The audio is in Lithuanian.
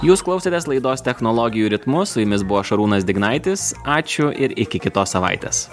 jūs klausėtės laidos technologijų ritmu su jumis buvo šarūnas dignaitis ačiū ir iki kitos savaitės